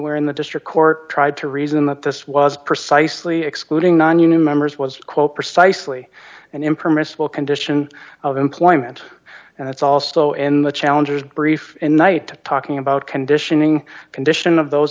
where in the district court tried to reason that this was precisely excluding nonunion members was quote precisely an impermissible condition of employment and it's also in the challengers brief in night talking about conditioning condition of those